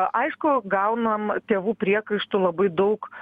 aišku gaunam tėvų priekaištų labai daug